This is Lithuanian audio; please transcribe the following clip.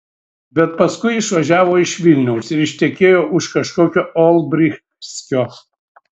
bet paskui išvažiavo iš vilniaus ir ištekėjo už kažkokio olbrychskio